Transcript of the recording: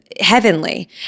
Heavenly